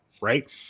right